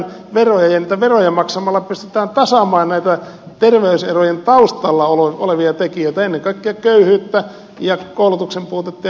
ja niitä veroja maksamalla pystytään tasaamaan näitä terveys erojen taustalla olevia tekijöitä ennen kaikkea köyhyyttä ja koulutuksen puutetta ja niin edelleen